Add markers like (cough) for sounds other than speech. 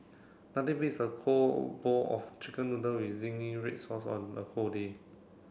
nothing beats a (unintelligible) bowl of chicken noodle with zingy red sauce on a cold day